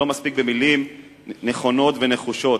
לא מספיק מלים נכונות ונחושות.